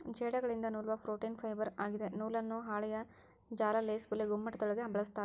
ಜೇಡಗಳಿಂದ ನೂಲುವ protein fibre ಆಗಿದೆ ನೂಲನ್ನು ಹಾಳೆಯ ಜಾಲ ಲೇಸ್ ಬಲೆ ಗುಮ್ಮಟದಬಲೆಗಳಿಗೆ ಬಳಸ್ತಾರ